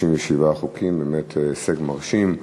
37 חוקים, באמת הישג מרשים,